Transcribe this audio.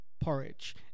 porridge